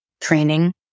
training